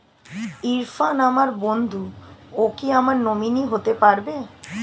ইরফান আমার বন্ধু ও কি আমার নমিনি হতে পারবে?